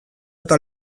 eta